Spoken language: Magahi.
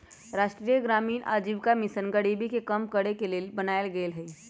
राष्ट्रीय ग्रामीण आजीविका मिशन गरीबी के कम करेके के लेल बनाएल गेल हइ